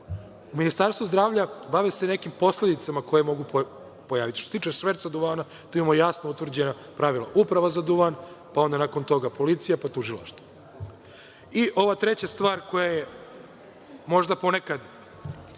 duvan. Ministarstvo zdravlja bavi se nekim posledicama koje se mogu pojaviti. Što se tiče šverca duvana, tu imamo jasno utvrđena pravila, Uprava za duvan, pa onda nakon toga policija, pa Tužilaštvo. Treća stvar, koja je možda ponekad